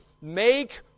make